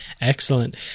Excellent